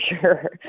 sure